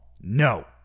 No